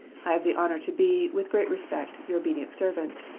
i have the honor to be, with great respect, your obedient servant,